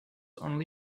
only